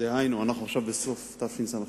אנחנו עכשיו בסוף שנת תשס"ט,